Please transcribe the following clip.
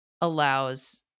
allows